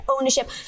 ownership